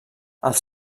els